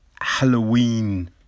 Halloween